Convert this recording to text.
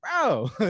bro